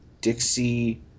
Dixie